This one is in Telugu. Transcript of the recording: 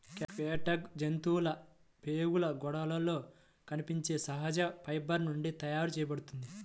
క్యాట్గట్ జంతువుల ప్రేగుల గోడలలో కనిపించే సహజ ఫైబర్ నుండి తయారు చేయబడుతుంది